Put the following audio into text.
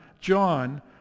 John